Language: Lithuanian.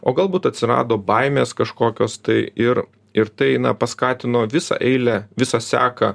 o galbūt atsirado baimės kažkokios tai ir ir tai na paskatino visą eilę visą seką